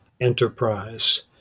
enterprise